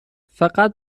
فقط